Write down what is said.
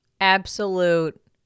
Absolute